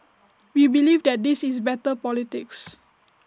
we believe that this is better politics